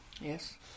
Yes